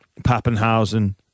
Pappenhausen